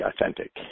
authentic